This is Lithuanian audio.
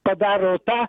padaro tą